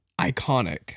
iconic